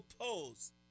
oppose